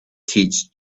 teach